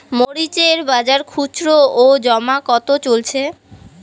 মরিচ এর বাজার খুচরো ও জমা কত চলছে?